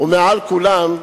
ומעל כולם,